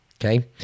okay